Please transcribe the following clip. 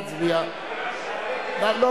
ההסתייגות לחלופין השלישית של קבוצת סיעת קדימה